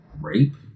rape